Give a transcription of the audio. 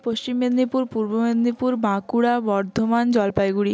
Paschim Medinipur Purba Medinipur Bankura Bardhaman Jalpaiguri